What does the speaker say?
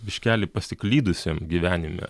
biškelį pasiklydusiem gyvenime